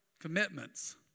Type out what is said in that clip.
Commitments